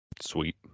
sweet